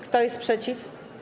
Kto jest przeciw?